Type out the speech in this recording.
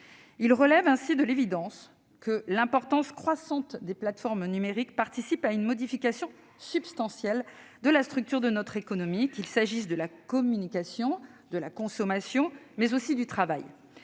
Il relève ainsi de l'évidence que l'importance croissante des plateformes numériques participe à une modification substantielle de la structure de notre économie, qu'il s'agisse de la communication, de la consommation ou du travail.